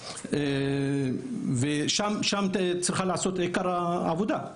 ושם צריכה להיעשות עיקר העבודה.